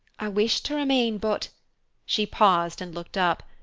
i wish to remain, but she paused and looked up.